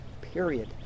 period